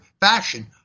fashion